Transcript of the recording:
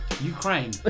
Ukraine